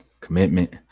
Commitment